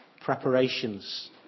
preparations